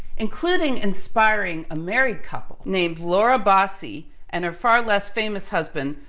including inspiring a married couple named laura bassi, and her far less famous husband,